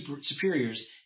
superiors